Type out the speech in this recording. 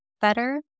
better